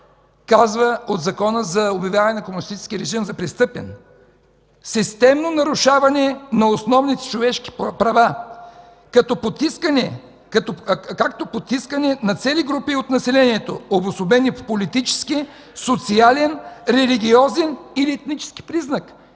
т. 2 от Закона за обявяването на комунистическия режим за престъпен, казва: „Системно нарушаване на основните човешки права, като подтискане на цели групи от населението, обособени по политически, социален, религиозен или етнически признак.”